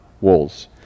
walls